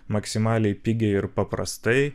maksimaliai pigiai ir paprastai